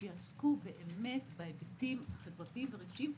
שיעסקו בהיבטים החברתיים והרגשיים,